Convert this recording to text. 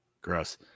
gross